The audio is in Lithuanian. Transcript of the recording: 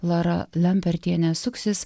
lara lempertiene suksis